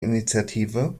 initiative